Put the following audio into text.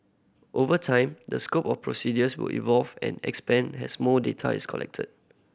over time the scope of procedures will evolve and expand has more data is collected